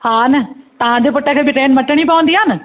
हा न तव्हां जे पुट खे बि ट्रेन मटिणी पवंदी आहे न